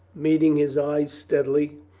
meeting his eyes steadily.